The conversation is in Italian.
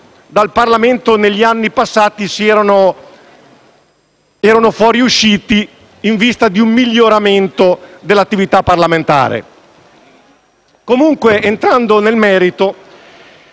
dal Parlamento, negli anni passati, si erano manifestati in vista di un miglioramento dell'attività parlamentare. Comunque, entrando nel merito,